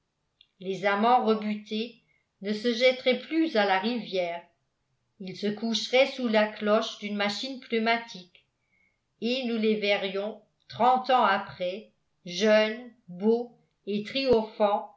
les amants rebutés ne se jetteraient plus à la rivière ils se coucheraient sous la cloche d'une machine pneumatique et nous les verrions trente ans après jeunes beaux et triomphants